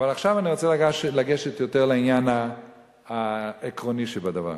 עכשיו אני רוצה להגיע לעניין העקרוני שבדבר.